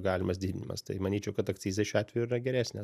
galimas didinimas tai manyčiau kad akcizai šiuo atveju yra geresnė